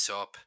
up